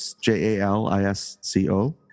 J-A-L-I-S-C-O